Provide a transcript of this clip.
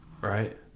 Right